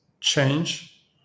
change